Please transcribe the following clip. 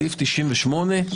סעיף 98,